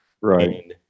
Right